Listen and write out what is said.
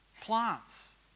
plants